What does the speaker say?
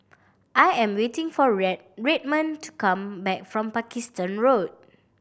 I am waiting for Red Redmond to come back from Pakistan Road